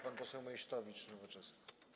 Pan poseł Meysztowicz, Nowoczesna.